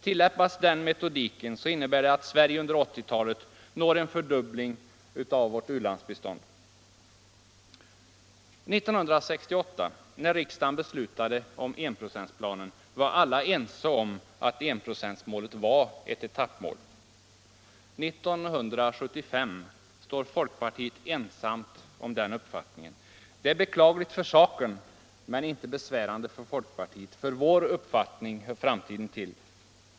Tillämpas den metodiken innebär det att Sverige under 1980-talet når en fördubbling av vårt u-landsbistånd. År 1968, när riksdagen beslutade om enprocentsplanen, var alla ense om att enprocentsmålet var ett etappmål. År 1975 står folkpartiet ensamt för den uppfattningen. Det är beklagligt för saken men inte besvärande för folkpartiet, ty vår uppfattning hör framtiden till.